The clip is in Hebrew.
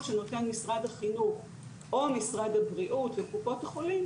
שנותן משרד החינוך או משרד הבריאות וקופות החולים